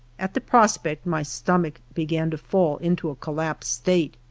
at the prospect my stomach began to fall into a collapsed state,